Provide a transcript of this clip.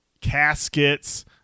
Caskets